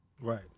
Right